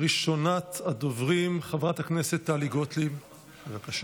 ראשונת הדוברים, חברת הכנסת טלי גוטליב, בבקשה.